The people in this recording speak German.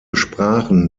sprachen